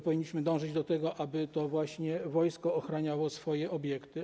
Powinniśmy dążyć do tego, aby to właśnie wojsko ochraniało swoje obiekty.